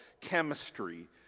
chemistry